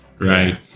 right